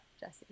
Jesse